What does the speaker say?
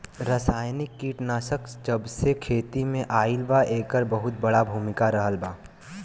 रासायनिक कीटनाशक जबसे खेती में आईल बा येकर बहुत बड़ा भूमिका रहलबा